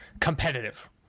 competitive